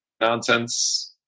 nonsense